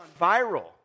viral